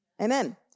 Amen